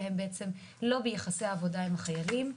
כי למעשה הם לא ביחסי עבודה עם החיילים.